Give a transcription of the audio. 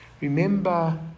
Remember